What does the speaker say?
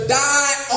die